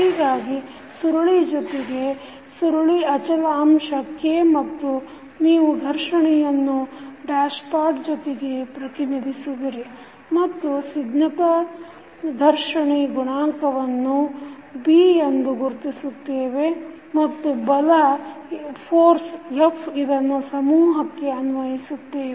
ಹೀಗಾಗಿ ಸುರುಳಿ ಜೊತೆಗೆ ಸುರುಳಿ ಅಚಲ ಅಂಶ K ಮತ್ತು ನೀವು ಘರ್ಷಣೆಯನ್ನು ಡ್ಯಾಶ್ಪಾಟ್ ಜೊತೆಗೆ ಪ್ರತಿನಿಧಿಸುವಿರಿ ಮತ್ತು ಸ್ನಿಗ್ಧತಾ ಘರ್ಷಣೆ ಗುಣಾಂಕವನ್ನು B ಎಂದು ಗುರುತಿಸಿತ್ತೇವೆ ಮತ್ತು ಬಲ force f ಇದನ್ನು ಸಮೂಹಕ್ಕೆ ಅನ್ವಯಿಸುತ್ತೇವೆ